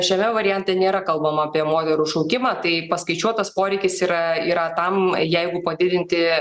šiame variante nėra kalbama apie moterų šaukimą tai paskaičiuotas poreikis yra yra tam jeigu padidinti